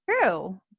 true